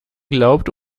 glaubt